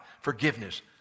forgiveness